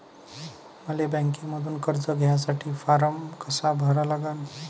मले बँकेमंधून कर्ज घ्यासाठी फारम कसा भरा लागन?